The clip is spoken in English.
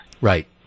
right